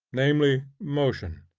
namely motion.